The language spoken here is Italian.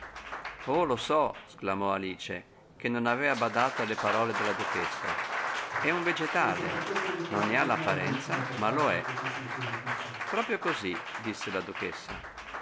oh lo so sclamò alice che non aveva badato alle parole della duchessa è un vegetale non ne ha l'apparenza ma lo è proprio così disse la duchessa